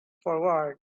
forward